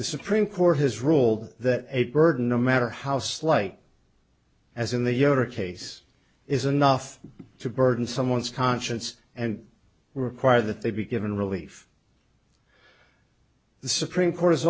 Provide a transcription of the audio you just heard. the supreme court has ruled that a burden no matter how slight as in the year a case is enough to burden someone's conscience and require that they be given relief the supreme court is